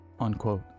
unquote